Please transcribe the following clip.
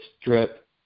strip